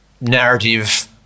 narrative